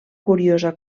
curiosa